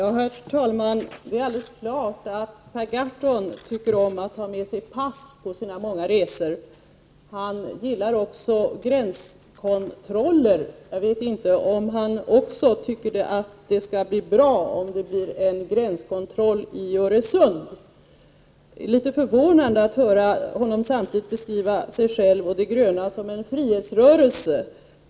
Herr talman! Det är alldeles klart att Per Gahrton tycker om att ha med sig pass på sina många resor. Han gillar också gränskontroller. Jag vet inte om han också tycker att det skall bli bra om det blir en gränskontroll i Öresund. Det är litet förvånande att höra honom samtidigt beskriva de gröna som en frihetsrörelse.